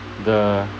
the